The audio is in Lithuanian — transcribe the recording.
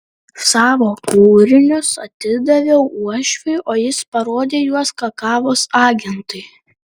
savo kūrinius atidaviau uošviui o jis parodė juos kakavos agentui